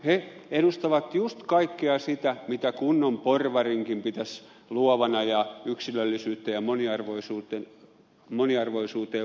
he edustavat just kaikkea sitä mitä kunnon porvarinkin pitäisi luovana ja yksilöllisyyden ja moniarvoisuuden nimeen vannovana ihailla